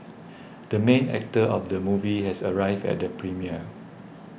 the main actor of the movie has arrived at the premiere